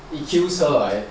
it kills her right